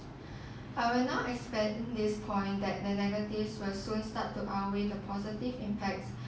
I will not expand this point that the negatives will soon start to outweigh the positive impacts